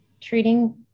treating